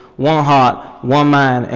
one heart, one mind, and